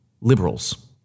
liberals